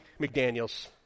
McDaniel's